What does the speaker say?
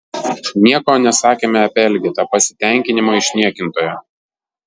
nieko nesakėme apie elgetą pasitenkinimo išniekintoją